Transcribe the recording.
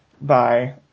Bye